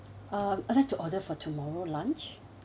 uh I'd like to order for tomorrow lunch